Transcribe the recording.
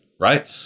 Right